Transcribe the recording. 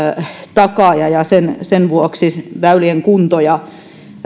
takaaja ja sen sen vuoksi väylien kunto ja